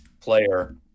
player